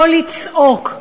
לא לצעוק.